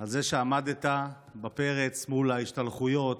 על זה שעמדת בפרץ מול ההשתלחויות,